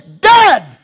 dead